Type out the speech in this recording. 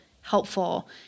helpful